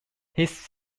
his